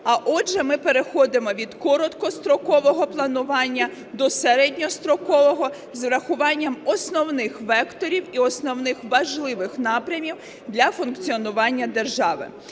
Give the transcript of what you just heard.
А отже, ми переходимо від короткострокового планування до середньострокового з врахуванням основних векторів і основних важливих напрямів для функціонування держави.